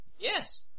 Yes